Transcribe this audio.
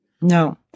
No